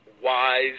wise